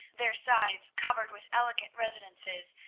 their sides covered with elegant residences,